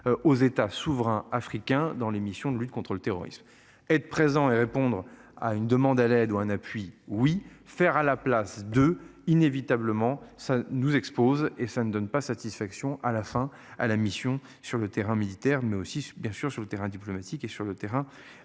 aux États souverains africains dans l'émission de lutte contre le terrorisme. Être présent et répondre à une demande à l'ou un appui oui faire à la place de inévitablement ça nous expose et ça ne donne pas satisfaction à la fin à la mission sur le terrain militaire mais aussi bien sûr sur le terrain diplomatique et sur le terrain.